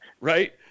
right